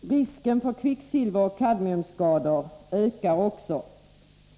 Risken för kvicksilveroch kadmiumskador ökar också.